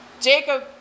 Jacob